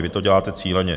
Vy to děláte cíleně.